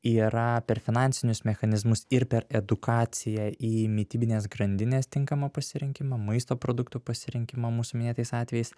yra per finansinius mechanizmus ir per edukaciją į mitybinės grandinės tinkamą pasirinkimą maisto produktų pasirinkimą mūsų minėtais atvejais